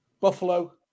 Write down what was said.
Buffalo